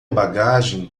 bagagem